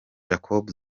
jacob